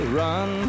run